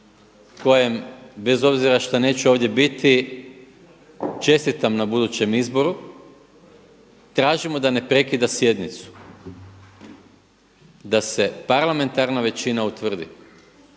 kojem bez obzira šta neću ovdje biti čestitam na budućem izboru tražimo da ne prekida sjednicu, da se parlamentarna većina utvrdi